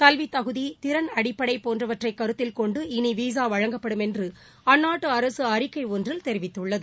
கல்வித்தகுதி திறன் அடிப்படை போன்றவற்றை கருத்தில் கொண்டு இனி விசா வழங்கப்படும் என்று அந்நாட்டு அரசு அறிக்கை ஒன்றில் தெரிவித்துள்ளது